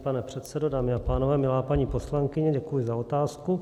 Vážený pane předsedo, dámy a pánové, milá paní poslankyně, děkuji za otázku.